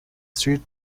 street